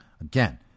Again